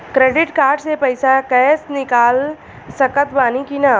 Credit card से पईसा cash निकाल सकत बानी की ना?